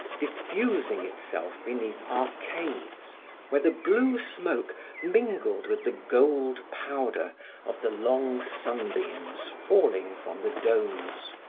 diffusing itself beneath arcades where the blue smoke mingled with the gold powder of the long sunbeams falling from the domes.